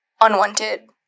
unwanted